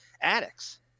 addicts